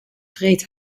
vreet